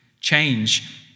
change